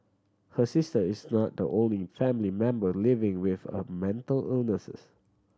her sister is not the only family member living with a mental illnesses